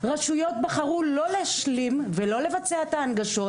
רשויות בחרו לא להשלים ולא לבצע את ההנגשות,